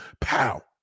pow